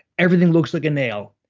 everything looks like a nail,